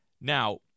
now